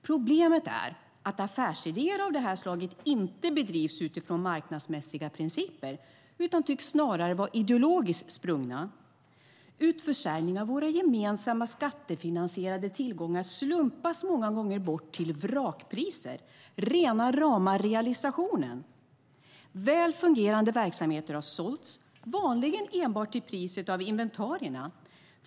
Problemet är att affärsidéer av det här slaget inte bedrivs utifrån marknadsmässiga principer utan tycks snarare vara ideologiskt sprungna. Utförsäljning av våra gemensamma skattefinansierade tillgångar slumpas många gånger bort till vrakpriser. Rena rama realisationen! Väl fungerande verksamheter har sålts, vanligen enbart till priset av inventarierna.